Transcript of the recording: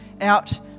out